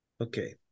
Okay